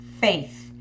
faith